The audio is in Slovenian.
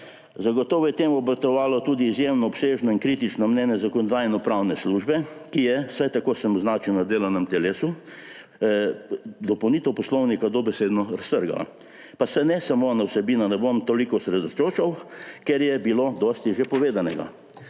Zagotovo je temu botrovalo tudi izjemno obsežno in kritično mnenje Zakonodajno-pravne službe, ki je, vsaj tako sem označil na delovnem telesu, dopolnitev Poslovnika dobesedno raztrgala. Pa se ne bom toliko osredotočal vsebino, ker je bilo dosti že povedanega.